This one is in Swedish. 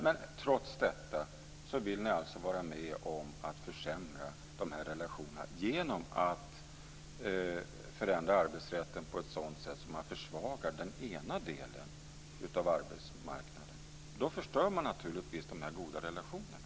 Men trots detta vill ni vara med om att försämra relationerna genom att förändra arbetsrätten på ett sådant sätt att man försvagar den ena delen av arbetsmarknaden. Då förstör man naturligtvis de goda relationerna.